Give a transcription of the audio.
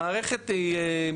המערכת היא,